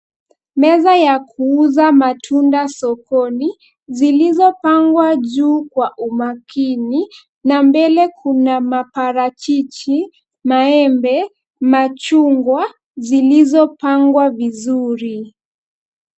Meza ya kuuza matunda sokoni, zilizopangwa juu kwa umakini na mbele kuna maparachichi, maembe, machungwa, zilizopangwa vizuri.